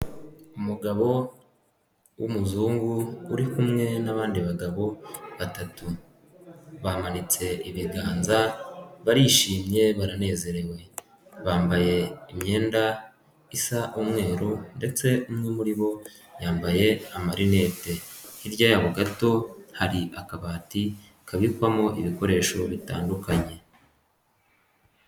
Umugabo w'umuzungu uri kumwe n'abandi bagabo batatu bamanitse ibiganza barishimye baranezerewe ,bambaye imyenda isa umweru ndetse umwe muri bo yambaye amarinete, hirya yabo gato hari akabati kabikwamo ibikoresho bitandukanye.